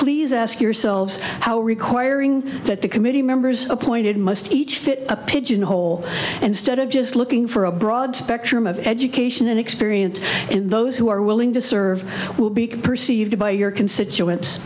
please ask yourselves how requiring that the committee members appointed must each fit a pigeonhole and stead of just looking for a broad spectrum of education and experience and those who are willing to serve will be perceived by your constituents